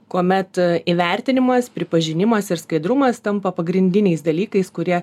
kuomet įvertinimas pripažinimas ir skaidrumas tampa pagrindiniais dalykais kurie